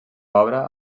obra